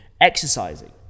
Exercising